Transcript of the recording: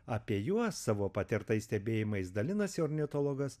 apie juos savo patirtais stebėjimais dalinasi ornitologas